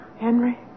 Henry